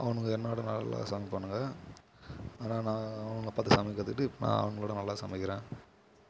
அவனுங்க என்னோட நல்லா சமைப்பானுங்க ஆனால் நான் அவனுங்க பார்த்து சமைக்க கற்றுகிட்டு இப்போ நான் அவனுங்களை விட நல்லா சமைக்கிறேன்